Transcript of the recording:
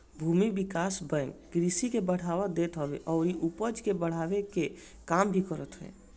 भूमि विकास बैंक कृषि के बढ़ावा देत हवे अउरी उपज के बढ़वला कअ काम भी करत हअ